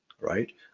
right